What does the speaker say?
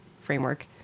framework